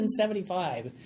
175